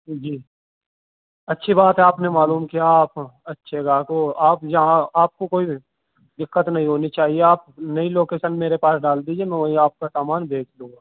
جی اچھی بات ہے آپ نے معلوم کیا آپ اچھے گاہک ہو آپ یہاں آپ کو کوئی دقت نہیں ہونی چاہیے آپ نئی لوکیشن میرے پاس ڈال دیجیے میں وہیں آپ کا سامان بھیج دوں گا